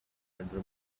under